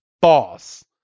boss